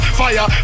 fire